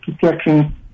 Protection